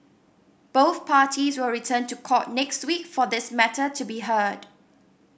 both parties will return to court next week for this matter to be heard